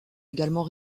également